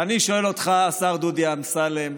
ואני שואל אותך, השר דודי אמסלם: